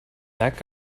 that